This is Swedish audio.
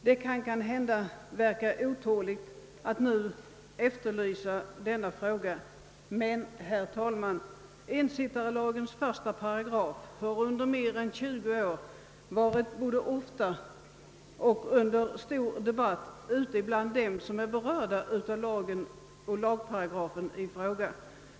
Det kan möjligen verka otåligt att jag nu ställt denna fråga, men ensittarlagens 1 8 har under mer än 20 år ofta debatterats bland dem som berörs därav.